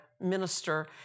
minister